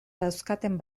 dauzkaten